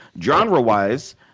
Genre-wise